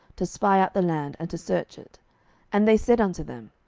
to spy out the land, and to search it and they said unto them,